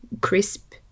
crisp